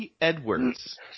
Edwards